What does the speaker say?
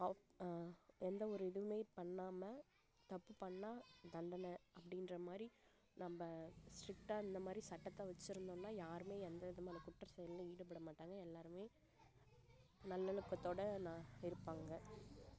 எந்த ஒரு இதுவும் பண்ணாமல் தப்பு பண்ணால் தண்டனை அப்படின்ற மாதிரி நம்ம ஸ்ட்ரிக்ட்டா இந்த மாதிரி சட்டத்தை வச்சுருந்தோம்னா யாரும் எந்த விதமான குற்றச்செயல்லையும் ஈடுபடமாட்டாங்க எல்லோருமே நல்லொழுக்கத்தோடு இருப்பாங்க